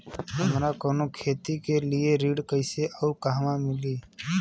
हमरा कवनो खेती के लिये ऋण कइसे अउर कहवा मिली?